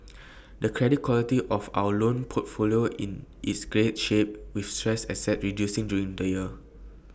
the credit quality of our loan portfolio is in great shape with stressed assets reducing during the year